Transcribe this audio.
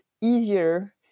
easier